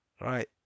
right